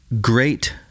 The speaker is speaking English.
great